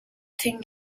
thing